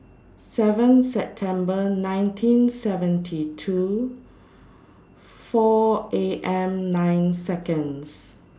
seven September nineteen seventy two four A M nine Seconds